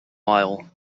while